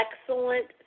excellent